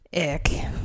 Ick